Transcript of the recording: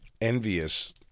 envious